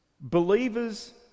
believers